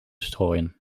strooien